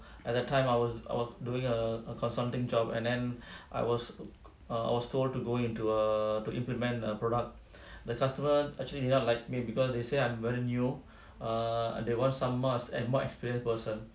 at that time I was I was doing a a consulting job and then I was err I was told to go into err to implement a product the customer actually did not like me because they say I'm very new err they want someone more experienced person